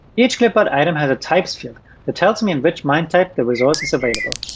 each clipboard item has a types field that tells me in which mime type the resource is available.